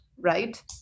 right